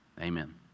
Amen